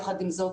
יחד עם זאת,